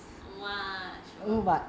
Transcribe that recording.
!wah! sure